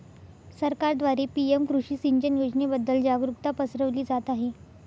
सरकारद्वारे पी.एम कृषी सिंचन योजनेबद्दल जागरुकता पसरवली जात आहे